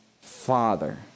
Father